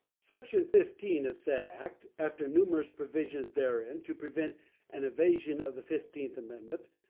section fifteen of said act, after numerous provisions therein to prevent an evasion of the fifteenth amendment,